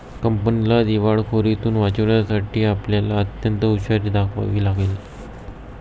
कंपनीला दिवाळखोरीतुन वाचवण्यासाठी आपल्याला अत्यंत हुशारी दाखवावी लागेल